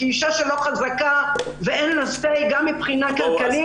כי אישה שלא חזקה ואין לה say גם מבחינה כלכלית